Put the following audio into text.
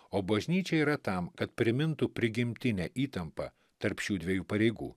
o bažnyčia yra tam kad primintų prigimtinę įtampą tarp šių dviejų pareigų